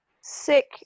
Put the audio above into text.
sick